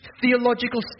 theological